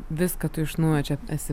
viską tu iš naujo čia esi